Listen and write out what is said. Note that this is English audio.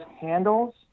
handles